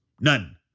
None